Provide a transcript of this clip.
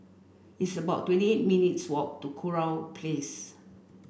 it's about twenty eight minutes' walk to Kurau Place